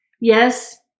yes